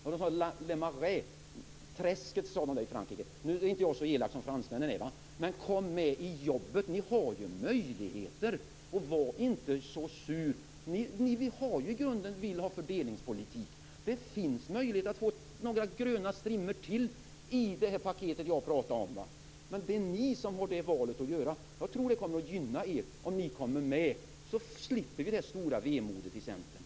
Le marais, träsket, sade man i Frankrike. Nu är inte jag så elak som fransmännen, men kom med i jobbet! Ni har ju möjligheter. Var inte så sur! Ni vill ju i grunden ha fördelningspolitik. Det finns möjlighet att få några gröna strimmor till i det paket jag pratar om. Men det är ni som har att göra det valet. Jag tror att det kommer att gynna er om ni kommer med, så slipper vi det stora vemodet i Centern.